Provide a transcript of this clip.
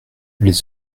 les